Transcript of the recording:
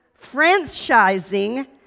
franchising